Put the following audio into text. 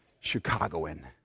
Chicagoan